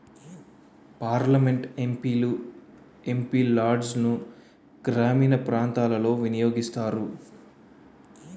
parliament MP లు MP లాడ్సును గ్రామీణ ప్రాంతాలలో వినియోగిస్తారు